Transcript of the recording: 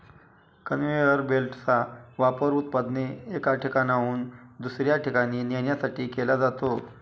conveyor बेल्टचा वापर उत्पादने एका ठिकाणाहून दुसऱ्या ठिकाणी नेण्यासाठी केला जातो